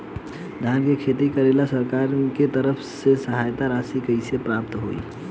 धान के खेती करेला सरकार के तरफ से सहायता राशि कइसे प्राप्त होइ?